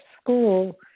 school